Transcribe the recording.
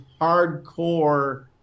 hardcore